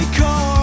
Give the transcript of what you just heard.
car